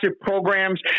programs